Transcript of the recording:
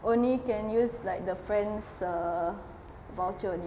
only can use like the friends err voucher only